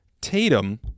Tatum